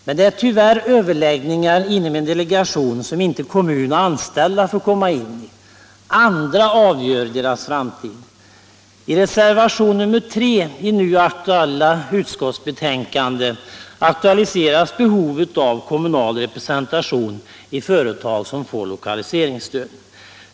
Men det är tyvärr överläggningar inom en delegation som inte kommun och anställda får komma in i. Andra avgör deras framtid. I reservationen 3 i det nu aktuella utskottsbetänkandet aktualiseras behovet av kommunal representation i företag som får lokaliseringsstöd.